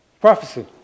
prophecy